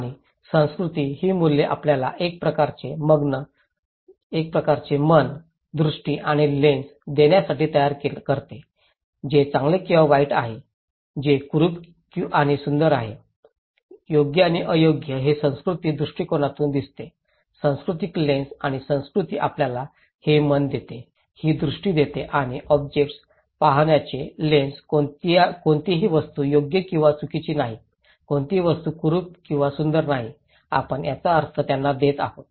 आणि संस्कृती ही मूल्ये आपल्याला एक प्रकारचे मन दृष्टी आणि लेन्स देण्यासाठी तयार करते जे चांगले आणि वाईट आहे जे कुरूप आणि सुंदर आहे योग्य आणि अयोग्य हे सांस्कृतिक दृष्टीकोनातून दिसते सांस्कृतिक लेन्स आणि संस्कृती आपल्याला हे मन देते ही दृष्टी देते आणि हे ऑब्जेक्ट्स पाहण्याचे लेन्स कोणतीही वस्तू योग्य किंवा चुकीची नाही कोणतीही वस्तू कुरुप आणि सुंदर नाही आपण ज्याचा अर्थ त्यांना देत आहोत